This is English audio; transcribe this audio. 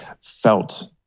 felt